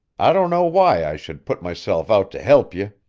i don't know why i should put myself out to help ye.